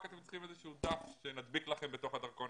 רק צריך איזשהו דף שידביקו להם בתוך הדרכון